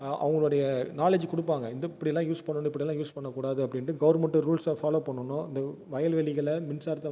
அவங்களோடைய நாலேட்ஜ் கொடுப்பாங்க இந்த இப்படிலாம் யூஸ் பண்ணணும் இப்படிலாம் யூஸ் பண்ணக்கூடாது அப்படின்ட்டு கவுர்மெண்ட்டு ரூல்ஸ்ஸை ஃபாலோவ் பண்ணணும் அந்த வயல்வெளிகளில் மின்சாரத்தை